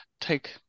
take